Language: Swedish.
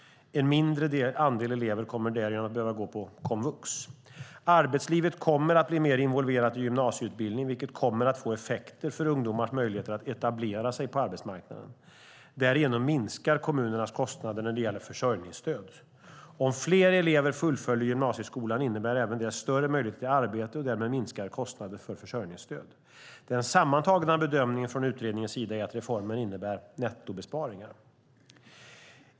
En mindre andel elever kommer därigenom att behöva gå på komvux. Arbetslivet kommer att bli mer involverat i gymnasieutbildningen, vilket kommer att få effekter för ungdomars möjligheter att etablera sig på arbetsmarknaden. Därigenom minskar kommunernas kostnader när det gäller försörjningsstöd. Om fler elever fullföljer gymnasieskolan innebär även det större möjligheter till arbete och därmed minskade kostnader för försörjningsstöd. Den sammantagna bedömningen från utredningens sida är att reformen innebär nettobesparingar.